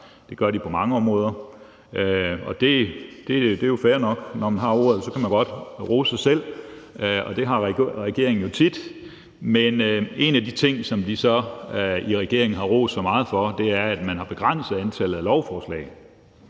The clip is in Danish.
Det gør de på mange områder. Det er jo fair nok. Når man har ordet, kan man godt rose sig selv, og det har regeringen jo tit gjort. Men en af de ting, som de så i regeringen har rost sig selv meget for, er, at de har begrænset antallet af lovforslag.